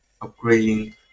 upgrading